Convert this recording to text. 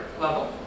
level